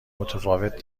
متفاوت